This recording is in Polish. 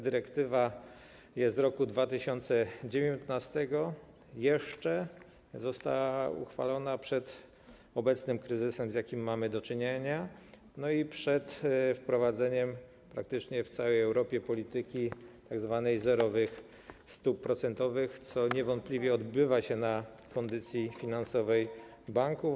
Dyrektywa jest z roku 2019, została uchwalona jeszcze przed obecnym kryzysem, z jakim mamy do czynienia, i przed wprowadzeniem praktycznie w całej Europie polityki tzw. zerowych stóp procentowych, co niewątpliwie odbija się na kondycji finansowej banków.